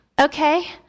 okay